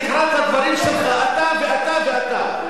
תקרא את הדברים שלך, אתה ואתה ואתה.